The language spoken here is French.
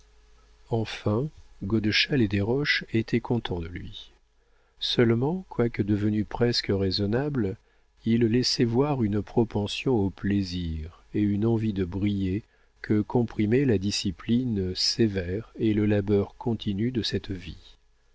enfin godeschal et desroches étaient contents de lui seulement quoique devenu presque raisonnable il laissait voir une propension au plaisir et une envie de briller que comprimaient la discipline sévère et le labeur continu de cette vie